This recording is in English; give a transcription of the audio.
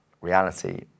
reality